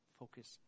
focus